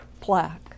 plaque